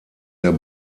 der